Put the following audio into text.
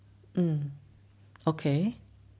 mm okay